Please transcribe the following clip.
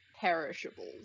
perishables